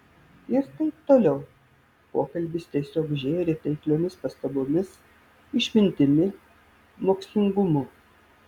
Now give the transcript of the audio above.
ir taip toliau pokalbis tiesiog žėri taikliomis pastabomis išmintimi mokslingumu